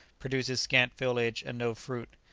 produces scant foliage and no fruit.